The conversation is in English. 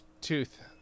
tooth